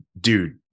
dude